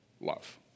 love